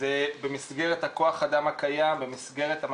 וגם השמעתי פה הרבה דברים ויש לי נוסטלגיה,